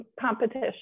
competition